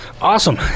awesome